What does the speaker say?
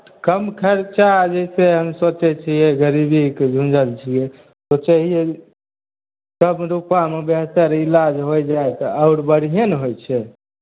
कम खर्चा जइसे हम सोचै छियै गरीबीके गुजरल छियै सोचै छियै कम रुपैआमे बेहतर इलाज होय जाय तऽ आओर बढ़िएँ ने होइ छै